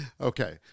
okay